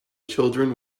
children